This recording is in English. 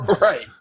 Right